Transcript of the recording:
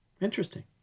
Interesting